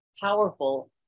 powerful